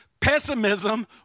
pessimism